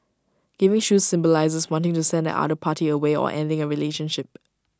giving shoes symbolises wanting to send the other party away or ending A relationship